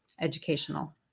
Educational